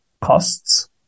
costs